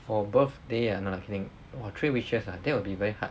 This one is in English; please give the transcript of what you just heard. for birthday ah no lah kidding !wah! three wishes ah that will be very hard